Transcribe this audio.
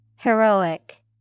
Heroic